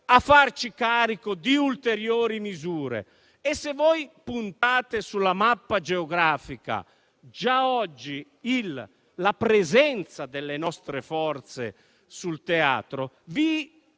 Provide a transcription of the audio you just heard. a farci carico di ulteriori misure. Se voi puntate sulla mappa geografica già oggi la presenza delle nostre forze sul teatro,